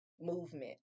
movement